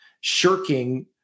shirking